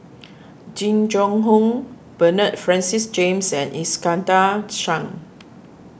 Jing Jun Hong Bernard Francis James and Iskandar Shah